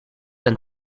een